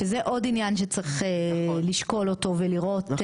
שזה עוד עניין שצריך לשקול אותו ולראות,